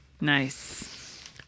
nice